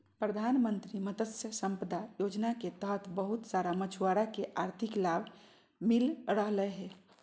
प्रधानमंत्री मत्स्य संपदा योजना के तहत बहुत सारा मछुआरा के आर्थिक लाभ मिल रहलय हें